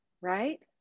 right